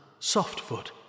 Softfoot